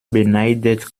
beneidet